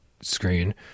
screen